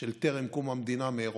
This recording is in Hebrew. של טרם קום המדינה מאירופה,